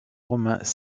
romains